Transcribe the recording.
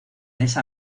esa